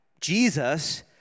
Jesus